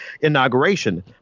inauguration